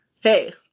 hey